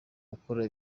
akora